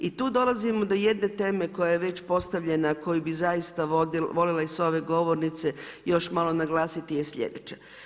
I tu dolazim do jedne teme koja je već postavljena, koju bi zaista volila i s ove govornice još malo naglasiti je slijedeće.